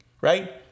right